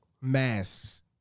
masks